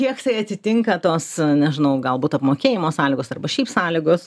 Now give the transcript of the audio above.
kiek jisai atitinka tuos nežinau galbūt apmokėjimo sąlygos arba šiaip sąlygos